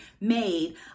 made